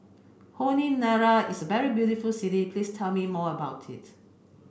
Honiara is a very beautiful city please tell me more about it